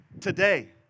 Today